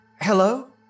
Hello